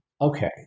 Okay